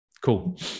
cool